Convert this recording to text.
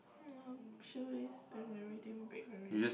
shoelace and everything break already